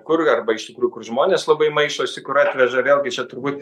kur arba iš tikrųjų kur žmonės labai maišosi kur atveža vėlgi čia turbūt